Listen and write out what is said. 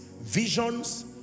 visions